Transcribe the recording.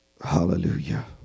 Hallelujah